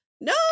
no